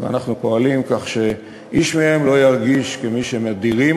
ואם אתם תגידו לי שמה שיעזור לכם להצביע בעד יהיה